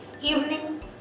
evening